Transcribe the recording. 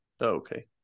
okay